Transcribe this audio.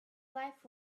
life